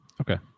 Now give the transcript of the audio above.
okay